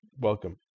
welcome